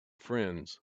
friends